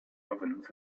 ovens